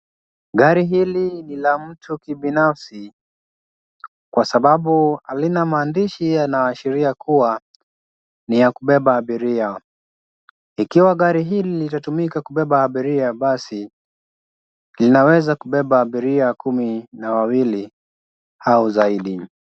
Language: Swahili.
Gari hili ni la mtu kibinafsi kwa sababu halina maandishi yanaashiria kuwa ni ya kubeba abiria, ikiwa gari hili litatumika kubeba abiria basi, linaweza kubeba abiria kumi na wawili au zaidi.